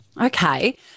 okay